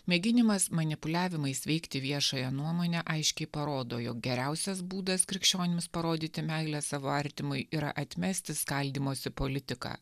mėginimas manipuliavimais veikti viešąją nuomonę aiškiai parodo jog geriausias būdas krikščionims parodyti meilę savo artimui yra atmesti skaldymosi politiką